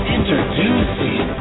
Introducing